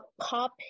pop